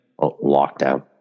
lockdown